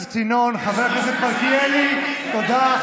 הכנסת ינון, חבר הכנסת מלכיאלי, תודה.